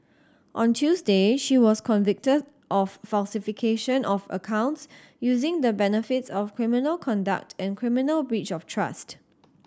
on Tuesday she was convicted of falsification of accounts using the benefits of criminal conduct and criminal breach of trust